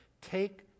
take